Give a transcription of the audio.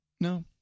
No